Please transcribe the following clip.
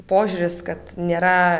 požiūris kad nėra